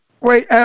Wait